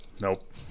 nope